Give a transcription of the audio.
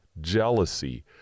jealousy